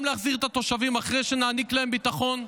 גם להחזיר את התושבים אחרי שנעניק להם ביטחון,